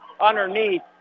underneath